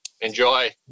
Enjoy